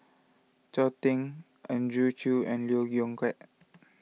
Chao Tzee Andrew Chew and Lee Yong Kiat